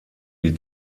die